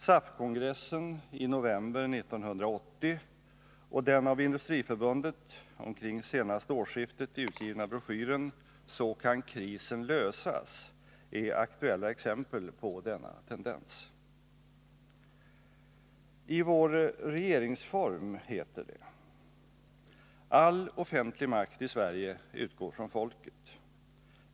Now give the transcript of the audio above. SAF-kongressen i november 1980 och den av Industriförbundet omkring senaste årsskiftet utgivna broschyren ”Så kan krisen lösas!” är aktuella exempel på denna tendens. I vår regeringsform heter det: ”All offentlig makt i Sverige utgår från folket.